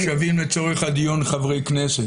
נחשבים לצורך הדיון חברי כנסת.